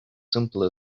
simple